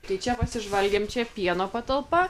tai čia pasižvalgėm čia pieno patalpa